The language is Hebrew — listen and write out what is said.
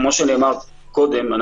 כפי שנאמר קודם,